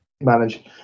manage